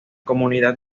comunidad